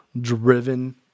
driven